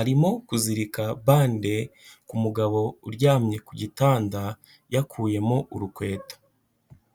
arimo kuzirika bande ku mugabo uryamye ku gitanda, yakuyemo urukweto.